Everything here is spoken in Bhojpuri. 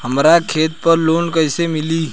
हमरा खेत पर लोन कैसे मिली?